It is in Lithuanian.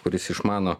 kuris išmano